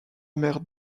mère